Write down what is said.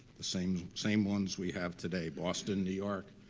the same same ones we have today boston, new york,